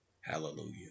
Hallelujah